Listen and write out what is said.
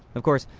of course,